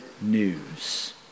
news